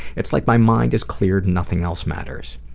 it's like my mind is cleared, nothing else matters.